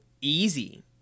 easy